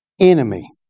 enemy